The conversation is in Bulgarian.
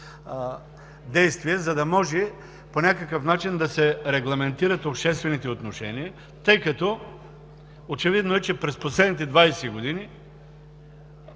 действия, за да може по някакъв начин да се регламентират обществените отношения, тъй като е очевидно, че през последните 20 години